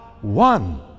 one